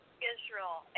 Israel